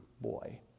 boy